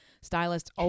Stylists